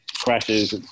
crashes